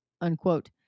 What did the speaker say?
unquote